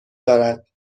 دارد